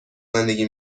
زندگی